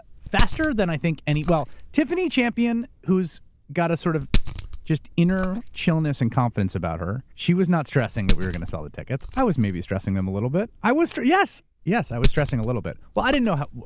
faster than i think any. well, tiffany champion, who's got a sort of inner chillness and confidence about her, she was not stressing that we were gonna sell the tickets. i was maybe stressing them a little bit. i was. yes, yes. i was stressing a little bit. well, i didn't know how.